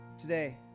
today